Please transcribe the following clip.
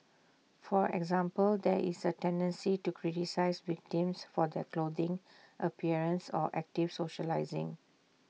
for example there is A tendency to criticise victims for their clothing appearance or active socialising